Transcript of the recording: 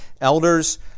elders